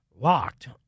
Locked